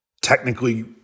technically